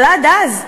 אבל עד אז,